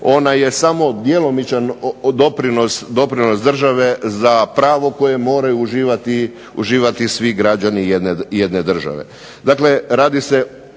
Ona je samo djelomičan doprinos države za pravo koje moraju uživati svi građani jedne države.